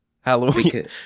Halloween